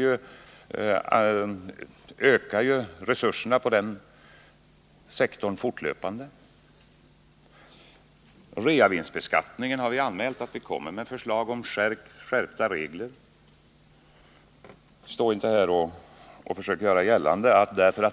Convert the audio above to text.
jag säga att vi fortlöpande ökar resurserna på den sektor som arbetar för att motverka ett sådant. Vi kommer också att lägga fram förslag om skärpta regler när det gäller reavinstbeskattningen. Försök inte att göra gällande, Lars Werner, att regeringen inte gör någonting åt de här problemen!